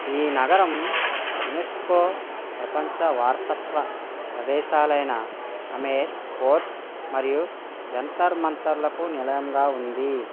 ఈ నగరం యునెస్కో ప్రపంచ వారసత్వ ప్రదేశాలైన అమెర్ ఫోర్ట్ మరియు జంతర్ మంతర్లకు నిలయంగా ఉంది